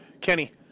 Kenny